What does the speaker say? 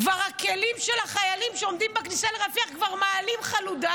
הכלים של החיילים שעומדים בכניסה לרפיח כבר מעלים חלודה,